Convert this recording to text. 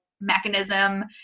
mechanism